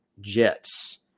Jets